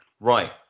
Right